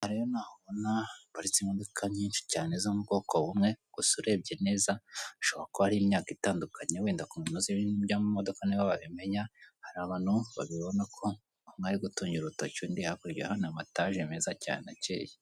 Aha rero ni ahantu ubona imodoka nyinshi cyane zo mu bwoko bumwe gusa urebye neza bishoboka ko hari imyaka itandukanye wenda ku muntu uzi iby'amamodoka nibo babimenya, hari abantu babibona ko umwe ari gutungira urutoki und,i hakurya urahabona amatage meza cyane akeya.